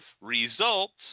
results